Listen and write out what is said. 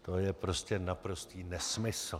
To je prostě naprostý nesmysl!